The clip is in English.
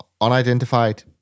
unidentified